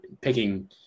picking